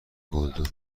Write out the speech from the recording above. گلدون